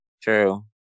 True